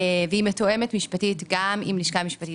והיא מתואמת משפטית גם עם הלשכה המשפטית